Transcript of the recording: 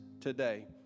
today